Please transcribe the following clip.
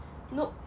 no